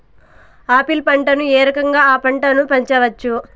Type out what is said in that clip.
Apple పంటను ఏ రకంగా అ పంట ను పెంచవచ్చు?